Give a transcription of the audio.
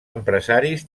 empresaris